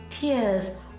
tears